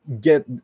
get